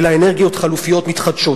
אלא אנרגיות חלופיות מתחדשות.